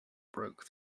broke